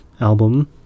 album